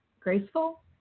graceful